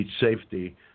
safety